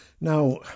Now